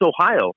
Ohio